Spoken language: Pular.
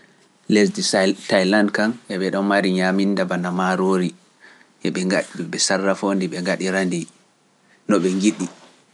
Lesdi thailand kam e don naftira nyaminda bana maroori, be njonnga ndi be sarrafondi pat no be ngidi